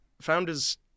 founders